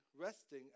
resting